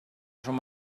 schon